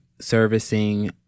servicing